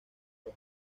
los